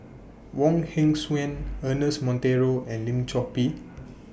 Wong Hong Suen Ernest Monteiro and Lim Chor Pee